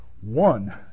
one